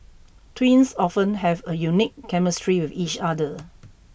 twins often have a unique chemistry with each other